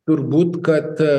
turbūt kad